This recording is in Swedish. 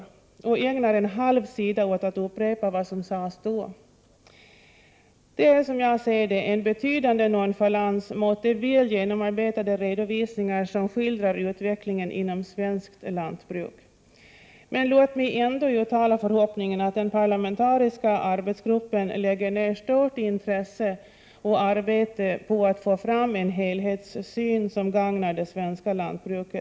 Utskottet ägnar en halv sida i betänkandet åt att upprepa vad som sades då. Detta är som jag ser det en betydande nonchalans mot de väl genomarbetade redovisningar som skildrar utvecklingen inom svenskt lantbruk. Låt mig ändå uttala förhoppningen att den parlamentariska arbetsgruppen lägger ner stort intresse och arbete på att få fram en helhetssyn som gagnar det svenska lantbruket.